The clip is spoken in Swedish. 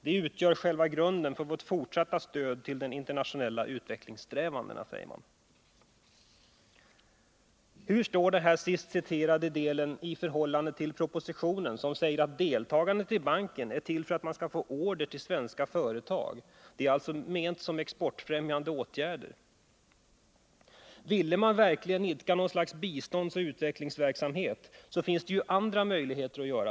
Det utgör själva grunden för vårt fortsatta stöd till de internationella utvecklingssträvandena.” Hur förhåller sig den nu citerade delen till propositionen, där det sägs att deltagandet i banken har till syfte att svenska företag skall få order? Det är alltså menat som en exportfrämjande åtgärd. Vill man verkligen ägna sig åt något slags biståndsoch utvecklingsverksamhet finns det ju andra möjligheter.